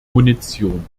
munition